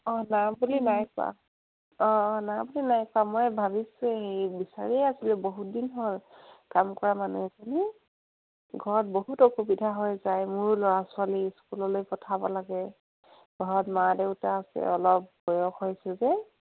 অঁ না বুলি নাই বুলি নাই কোৱা অঁ অঁ না বুলি নাই কোৱা মই ভাবিছোঁৱে এই বিচাৰিয়েই আছিলোঁ বহুত দিন হ'ল কাম কৰা মানুহ এজনী ঘৰত বহুত অসুবিধা হৈ যায় মোৰো ল'ৰা ছোৱালী স্কুললৈ পঠাব লাগে ঘৰত মা দেউতা আছে অলপ বয়স হৈছোঁ যে